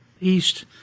east